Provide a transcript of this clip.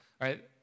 right